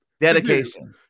Dedication